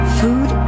food